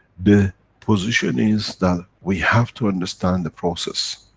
the position is that we have to understand the process.